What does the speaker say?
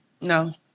No